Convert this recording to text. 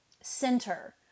center